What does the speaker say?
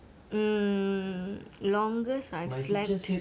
my teacher said she slept for nineteen hours